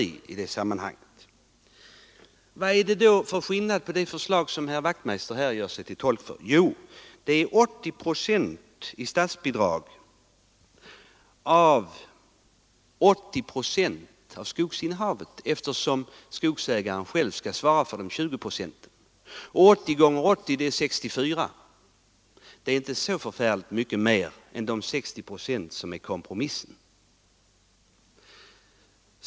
Vad är det då som skiljer utskottets förslag från det förslag som herr Wachtmeister här gör sig till tolk för? Jo, reservanterna förordar att statsbidrag skall utgå med 80 procent av kostnaderna för åtgärderna och att ersättningen skall beräknas på 80 procent av skogsinnehavet — skogsägaren skall själv svara för kostnaderna för de övriga 20 procenten. 80 procent av 80 procent är 64 procent. Det är alltså inte så förfärligt mycket mer än de 60 procent som föreslås enligt kompromissen.